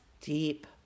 deep